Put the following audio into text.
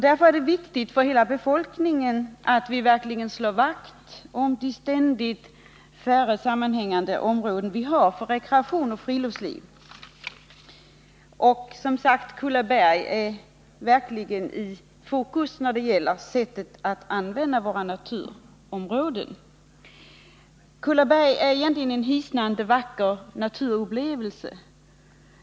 Därför är det viktigt för hela befolkningen att vi verkligen slår vakt om de allt färre sammanhängande områden som vi har för rekreation och friluftsliv. Och Kullaberg befinner sig verkligen i fokus när det gäller diskussionen om sättet att använda våra naturområden. Kullaberg är en hisnande vacker naturupplevelse.